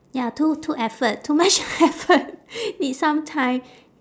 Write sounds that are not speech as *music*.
ya too too effort too much effort *laughs* need some time